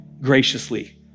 graciously